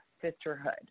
sisterhood